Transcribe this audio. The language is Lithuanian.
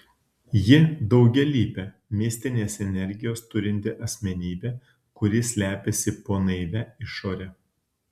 ji daugialypė mistinės energijos turinti asmenybė kuri slepiasi po naivia išore